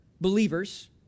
believers